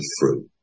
fruit